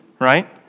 right